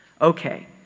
Okay